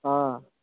آ